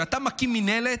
כשאתה מקים מינהלת,